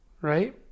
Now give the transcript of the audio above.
right